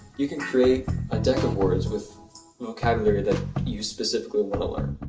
you can create a deck of words with vocabulary that you specifically wanna learn.